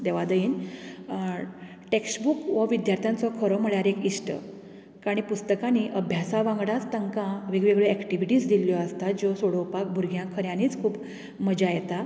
देवादयेन text book हो विद्यार्थ्यांचो खरो म्हळ्यार एक इश्ट आनी पुस्तकांनी अभ्यासा वांगडाच तांकां वेगवेगळ्यो एक्टिविटीस दिल्ल्यो आसतात ज्यो सोडोवपाक भुरग्यांक खऱ्यांनीच खूब मजा येता